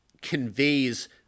conveys